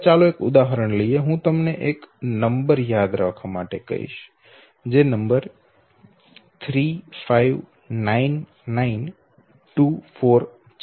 હવે ચાલો એક ઉદાહરણ લઈએ હું તમને એક નંબર યાદ રાખવા માટે કહીશ જે 359924 છે